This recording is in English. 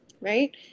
Right